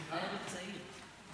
הערב עוד צעיר.